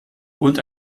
und